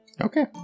Okay